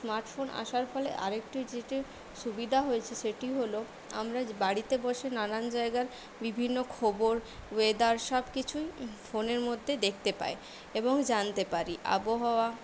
smart phone আসার ফলে আরেকটি যেটি সুবিধা হয়েছে সেটি হল আমরা বাড়িতে বসে নানান জায়গার বিভিন্ন খবর ওয়েদার সবকিছুই ফোনের মধ্যে দেখতে পাই এবং জানতে পারি আবহাওয়া